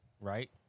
right